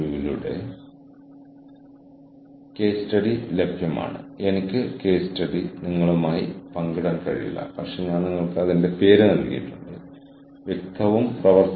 ഇതിന്റെ ഫലം ശൃംഖലയിലുടനീളം ഫലപ്രദമായി വിന്യസിക്കാൻ കഴിയുന്ന വഴക്കമുള്ള മാനുഷിക മൂലധനം ഉണ്ടാകുന്നു അതുപോലെ തന്നെ വ്യക്തിഗത സ്ഥാപനങ്ങളിലും